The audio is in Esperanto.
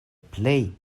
plej